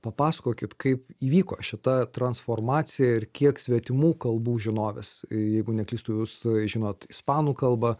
papasakokit kaip įvyko šita transformacija ir kiek svetimų kalbų žinovės jeigu neklystu jūs žinot ispanų kalbą